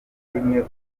rimwe